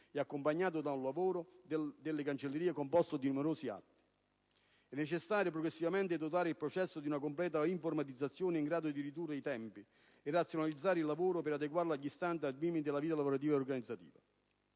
e accompagnato da un lavoro delle cancellerie composto di numerosi atti. È necessario progressivamente dotare il processo di una completa informatizzazione in grado di ridurre i tempi e razionalizzare il lavoro per adeguarlo agli standard minimi della vita lavorativa e organizzativa.